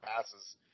passes